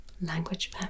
language